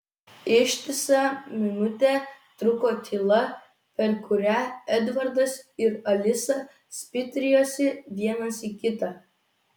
ištisą minutę truko tyla per kurią edvardas ir alisa spitrijosi vienas į kitą